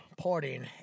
partying